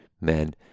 men